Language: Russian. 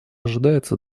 ожидается